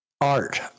Art